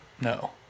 No